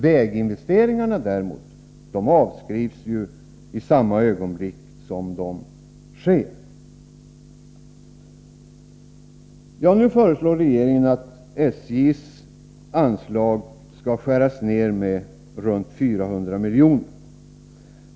Väginvesteringarna däremot avskrivs i samma ögonblick som de sker. Nu föreslår regeringen att SJ:s anslag skall skäras ned med omkring 400 miljoner.